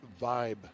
vibe